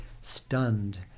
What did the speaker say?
stunned